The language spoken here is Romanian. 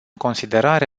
considerare